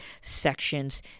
sections